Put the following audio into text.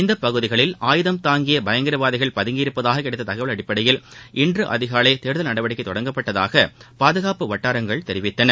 இந்தபகுதிகளில் ஆயுதம் தாங்கியபயங்கரவாதிகள் பதுங்கியிருப்பதாககிடைத்ததகவல் அடிப்படையில் இன்றுஅதிகாலைதேடுதல் நடவடிக்கைதொடங்கப்பட்டதாகபாதுகாப்பு வட்டாரங்கள் தெரிவித்தன